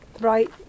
right